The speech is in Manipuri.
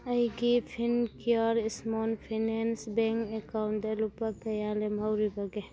ꯑꯩꯒꯤ Fincare small finance bank account ꯂꯨꯄꯥ ꯀꯌꯥ ꯂꯦꯝꯍꯧꯔꯤꯕꯒꯦ